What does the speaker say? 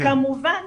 כמובן